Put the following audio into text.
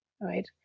right